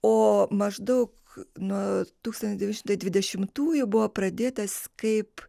o maždaug nuo tūkstantis devyni šimtai dvidešimtųjų buvo pradėtas kaip